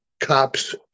cops